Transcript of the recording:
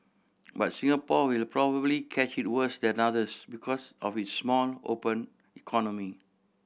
but Singapore will probably catch it worse than others because of its small open economy